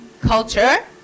culture